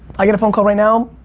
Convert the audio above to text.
i get a phone call right now,